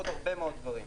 ועוד הרבה מאוד דברים.